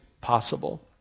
possible